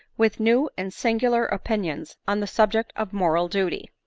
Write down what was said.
with new and singular opinions on the subject of moral duty.